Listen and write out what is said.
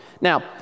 Now